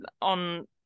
on